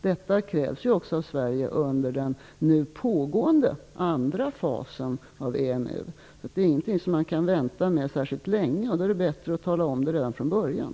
Detta krävs ju också av Sverige under den nu pågående andra fasen av EMU. Eftersom det inte är någonting som man kan vänta med särskilt länge är det väl bättre att tala om det redan från början.